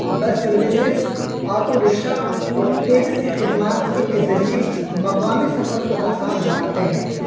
بس services auto rickshaw اور taxi خدمات سڑک کے ذریعے مقامی سفر کو آسان بناتے ہیں